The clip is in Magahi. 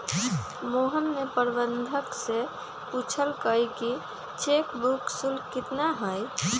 मोहन ने प्रबंधक से पूछल कई कि चेक बुक शुल्क कितना हई?